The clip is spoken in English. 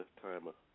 timer